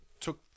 took